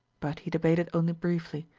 but he debated only briefly.